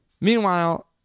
Meanwhile